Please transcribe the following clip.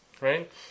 right